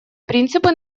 принципы